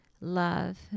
love